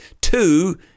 two